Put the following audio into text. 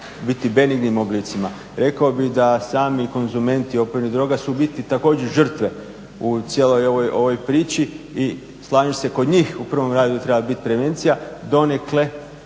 biti benignim oblicima. Rekao bih da sami konzumenti opojnih droga su u biti također žrtve u cijeloj ovoj priči i slažem se kod njih u prvom radu treba biti prevencija, donekle